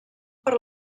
per